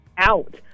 out